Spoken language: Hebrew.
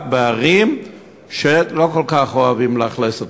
בערים שבהן לא כל כך אוהבים לאכלס אותם.